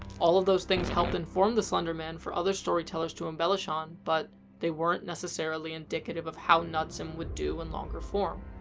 all of those things help inform the slender man for other storytellers to embellish on, but they weren't necessarily indicative of how knudsen so um would do in longer form.